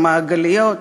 המעגליות,